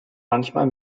manchmal